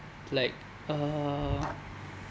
like uh